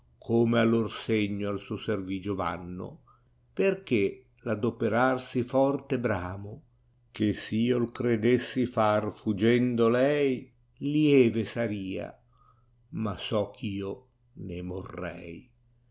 come a lor segno al suo servigio vanno perchè r adoperar sì forte bramo ghe s io v credessi far fugendo lei lieve saria ma so eh io ne morrei